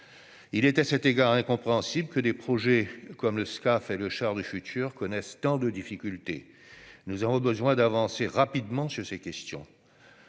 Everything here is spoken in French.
Il est à cet égard incompréhensible que des projets comme le Scaf et le char du futur connaissent tant de difficultés. Nous avons besoin d'avancer rapidement sur ces questions.